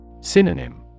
Synonym